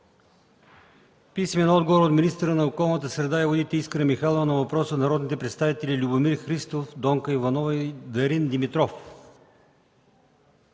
Маринова; - министъра на околната среда и водите Искра Михайлова на въпрос от народните представители Любомир Христов, Донка Иванова и Дарин Димитров;